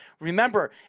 remember